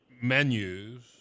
menus